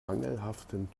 mangelhaften